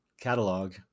catalog